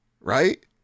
Right